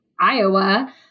Iowa